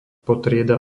podtrieda